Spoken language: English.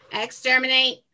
Exterminate